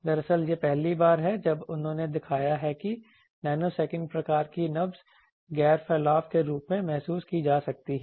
दरअसल यह पहली बार है जब उन्होंने दिखाया है कि एक नैनोसेकंड प्रकार की नब्ज गैर फैलाव के रूप में महसूस की जा सकती है